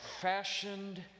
fashioned